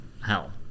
hell